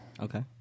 okay